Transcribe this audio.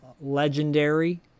legendary